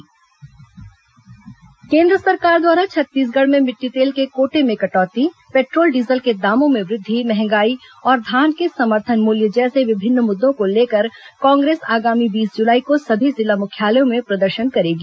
कांग्रेस प्रदर्शन केन्द्र सरकार द्वारा छत्तीसगढ़ में मिट्टी तेल के कोटे में कटौती पेट्रोल डीजल के दामों में वृद्धि महंगाई और धान के समर्थन मूल्य जैसे विभिन्न मुद्दों को लेकर कांग्रेस आगामी बीस जुलाई को सभी जिला मुख्यालयों में प्रदर्शन करेगी